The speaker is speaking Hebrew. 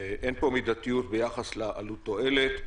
אין בו מידתיות ביחס לעלות-תועלת.